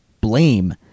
blame